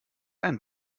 ein